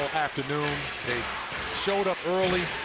afternoon. they showed up early,